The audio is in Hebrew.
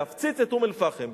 להפציץ את אום-אל-פחם,